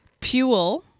Puel